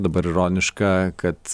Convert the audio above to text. dabar ironiška kad